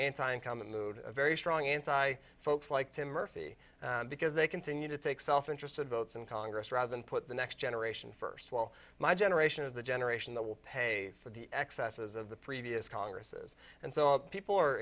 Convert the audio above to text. anti and common mood very strong and sigh folks like tim murphy because they continue to take self interested votes in congress rather than put the next generation first while my generation of the generation that will pay for the excesses of the previous congresses and so people are